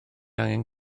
angen